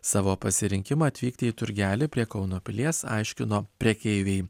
savo pasirinkimą atvykti į turgelį prie kauno pilies aiškino prekeiviai